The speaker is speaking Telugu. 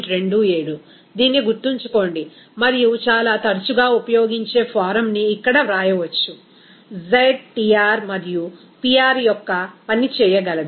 27 దీన్ని గుర్తుంచుకోండి మరియు చాలా తరచుగా ఉపయోగించే ఫారమ్ని ఇక్కడ వ్రాయవచ్చు z Tr మరియు Pr యొక్క పని చేయగలదు